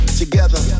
together